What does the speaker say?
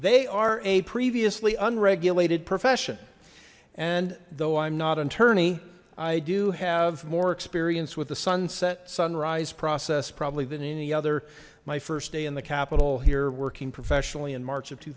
they are a previously unregulated profession and though i'm not i do have more experience with the sunset sunrise process probably than any other my first day in the capital here working professionally in march of two